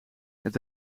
het